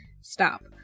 stop